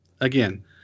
again